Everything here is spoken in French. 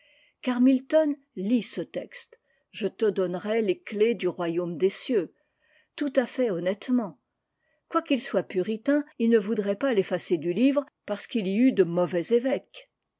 milton lit ce texte je te donnerai les clefs du royaume des cieux i tout à fait honnêtement quoiquil soit puritain il ne voudrait pas l'effacer du livre parce qu'il y eut de mauvais évêques